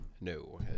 No